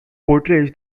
portrays